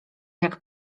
jak